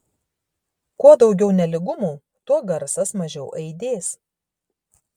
kuo daugiau nelygumų tuo garsas mažiau aidės